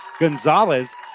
Gonzalez